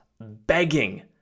begging